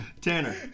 Tanner